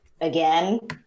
Again